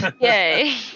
Yay